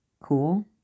Cool